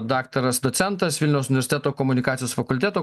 daktaras docentas vilniaus universiteto komunikacijos fakulteto